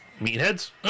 meatheads